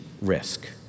risk